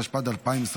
התשפ"ד 2024,